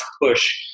push